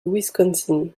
wisconsin